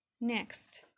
Next